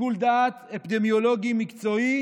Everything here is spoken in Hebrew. שיקול דעת אפידמיולוגי מקצועי,